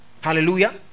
Hallelujah